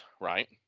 right